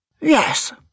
Yes